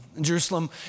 Jerusalem